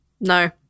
No